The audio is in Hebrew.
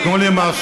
תנו לי משהו.